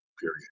period